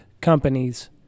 companies